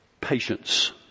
patience